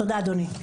תודה, אדוני.